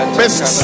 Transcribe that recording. best